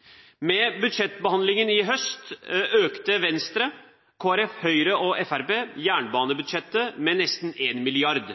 med jernbanepolitikken. Ved budsjettbehandlingen i høst økte Venstre, Kristelig Folkeparti, Høyre og Fremskrittspartiet jernbanebudsjettet med nesten 1 mrd. kr.